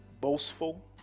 boastful